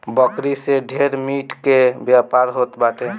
बकरी से ढेर मीट के व्यापार होत बाटे